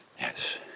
yes